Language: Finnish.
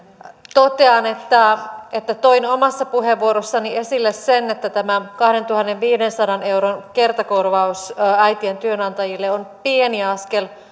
totean että että toin omassa puheenvuorossani esille sen että tämä kahdentuhannenviidensadan euron kertakorvaus äitien työnantajille on pieni askel